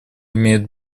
имеет